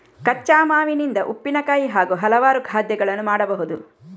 ಕಚ್ಚಾ ಮಾವಿನಿಂದ ಉಪ್ಪಿನಕಾಯಿ ಹಾಗೂ ಹಲವಾರು ಖಾದ್ಯಗಳನ್ನು ಮಾಡಬಹುದು